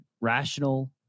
rational